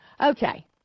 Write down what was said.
Okay